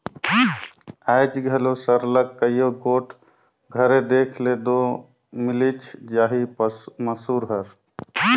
आएज घलो सरलग कइयो गोट घरे देखे ले दो मिलिच जाही मूसर हर